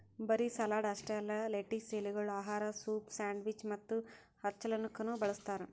ಬರೀ ಸಲಾಡ್ ಅಷ್ಟೆ ಅಲ್ಲಾ ಲೆಟಿಸ್ ಎಲೆಗೊಳ್ ಆಹಾರ, ಸೂಪ್, ಸ್ಯಾಂಡ್ವಿಚ್ ಮತ್ತ ಹಚ್ಚಲುಕನು ಬಳ್ಸತಾರ್